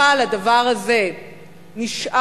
אבל הדבר הזה נשאר.